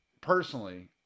personally